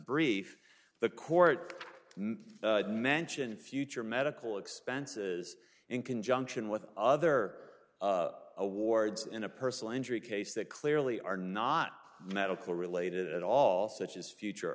brief the court mentioned future medical expenses in conjunction with other awards in a personal injury case that clearly are not medical related at all such as future